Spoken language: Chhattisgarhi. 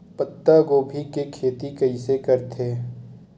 पत्तागोभी के खेती कइसे करथे?